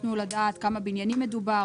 ביקשנו לדעת בכמה בניינים מדובר,